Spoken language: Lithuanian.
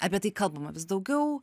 apie tai kalbama vis daugiau